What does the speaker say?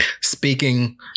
speaking